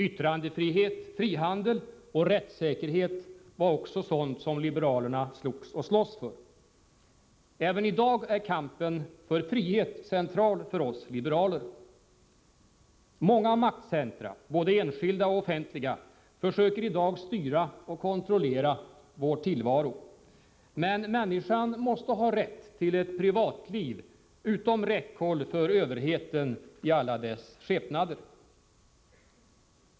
Yttrandefrihet, frihandel och rättssäkerhet var också sådant som liberalerna slogs och slåss för. Även i dag är kampen för frihet central för oss liberaler. Många maktcentra — både enskilda och offentliga — försöker i dag styra och kontrollera vår tillvaro. Men människan måste ha rätt till ett privatliv utom räckhåll för överheten i alla dess skepnader.